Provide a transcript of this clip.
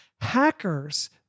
Hackers